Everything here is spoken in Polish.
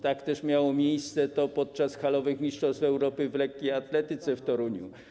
To też miało miejsce podczas halowych mistrzostw Europy w lekkiej atletyce w Toruniu.